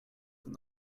than